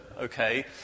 okay